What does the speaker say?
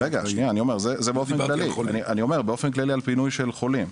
שנייה, אני מדבר באופן כללי על פינוי של חולים.